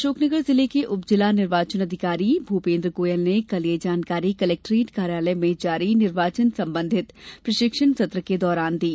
अशोकनगर जिले के उप जिला निर्वाचन अधिकारी भूपेंद्र गोयल ने कल ये जानकारी कलेक्ट्रेट कार्यालय में जारी निर्वाचन संबंधित प्रशिक्षण सत्र के दौरान दी